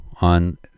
on